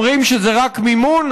אומרים שזה רק מימון,